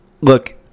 look